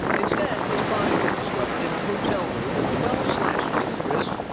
instead, his body was discovered in a hotel room, with twelve slashes in his wrist.